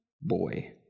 boy